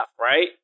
right